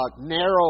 narrow